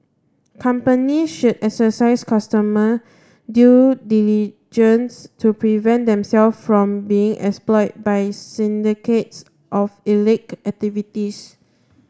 company should exercise customer due diligence to prevent them self from being exploit by syndicates of illicit activities